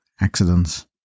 accidents